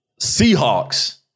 Seahawks